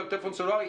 אלא בטלפון סלולרי,